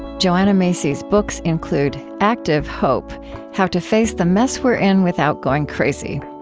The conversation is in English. joanna macy's books include active hope how to face the mess we're in without going crazy.